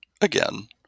again